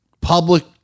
public